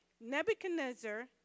Nebuchadnezzar